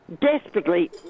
desperately